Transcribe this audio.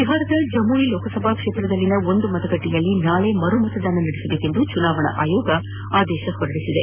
ಬಿಹಾರದ ಜಮುಯ್ ಲೋಕಸಭಾ ಕ್ಷೇತ್ರದಲ್ಲಿನ ಒಂದು ಮತಗಟ್ಟೆಯಲ್ಲಿ ನಾಳಿ ಮರು ಮತದಾನ ನಡೆಸುವಂತೆ ಚುನಾವಣಾ ಆಯೋಗ ಆದೇಶಿಸಿದೆ